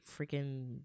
freaking